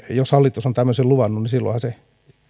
jos hallitus on tämmöisen luvannut niin silloinhan se